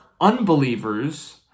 unbelievers